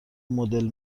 مدل